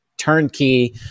Turnkey